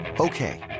Okay